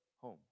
home